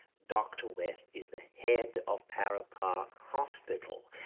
dr. west is the head of para park hospital,